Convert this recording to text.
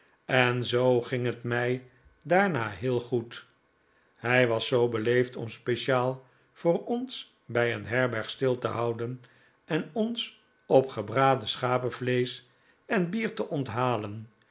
en zoo ging het mij daarna heel goed hij was zoo beleefd om speciaal voor ons bij een herberg stil te houden en ons op gebraden schapenvleesch en bier te onthalen